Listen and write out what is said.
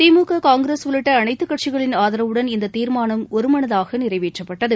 திமுக காங்கிரஸ் உள்ளிட்ட அனைத்து கட்சிகளின் ஆதரவுடன் இந்த தீர்மானம் ஒருமனதாக நிறைவேற்றப்பட்டது